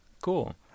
cool